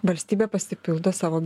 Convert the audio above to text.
valstybė pasipildo savo